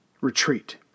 retreat